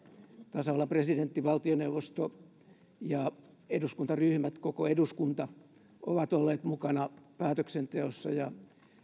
tasavallan presidentti valtioneuvosto ja eduskuntaryhmät koko eduskunta ovat olleet mukana päätöksenteossa ja